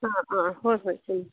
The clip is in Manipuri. ꯑꯥ ꯑꯥ ꯍꯣꯏ ꯍꯣꯏ ꯆꯨꯝꯃꯤ